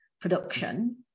production